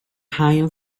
haul